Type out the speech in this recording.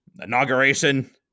inauguration